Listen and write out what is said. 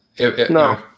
No